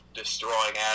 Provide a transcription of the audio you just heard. destroying